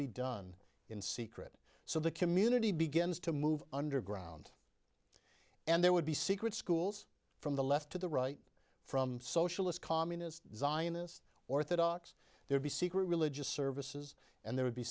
be done in secret so the community begins to move underground and there would be secret schools from the left to the right from socialist communist zionist orthodox there'd be secret religious services and there would be